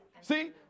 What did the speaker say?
See